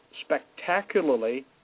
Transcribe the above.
spectacularly